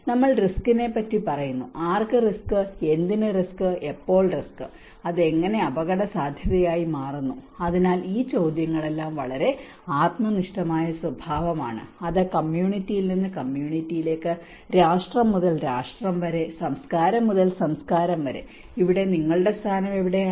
നമ്മൾ റിസ്കിനെപ്പറ്റി പറയുന്നു ആർക്ക് റിസ്ക് എന്തിനു റിസ്ക് എപ്പോൾ റിസ്ക് അത് എങ്ങനെ അപകടസാധ്യതയായി മാറുന്നു അതിനാൽ ഈ ചോദ്യങ്ങളെല്ലാം വളരെ ആത്മനിഷ്ഠമായ സ്വഭാവമാണ് അത് കമ്മ്യൂണിറ്റിയിൽ നിന്ന് കമ്മ്യൂണിറ്റിയിലേക്ക് രാഷ്ട്രം മുതൽ രാഷ്ട്രം വരെ സംസ്കാരം മുതൽ സംസ്കാരം വരെ ഇവിടെ നിങ്ങളുടെ സ്ഥാനം എവിടെയാണ്